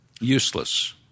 useless